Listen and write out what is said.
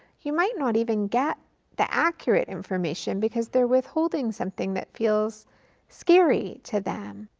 you might not even get the accurate information because they're withholding something that feels scary to them.